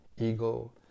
ego